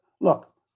look